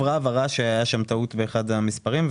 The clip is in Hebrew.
מה אתם מבקשים היום מוועדת הכספים?